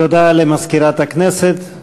תודה למזכירת הכנסת.